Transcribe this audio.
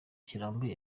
kirambuye